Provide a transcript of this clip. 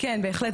כן, בהחלט.